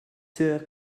sûr